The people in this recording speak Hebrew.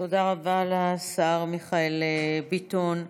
תודה רבה לשר מיכאל ביטון.